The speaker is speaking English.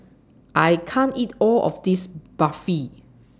I can't eat All of This Barfi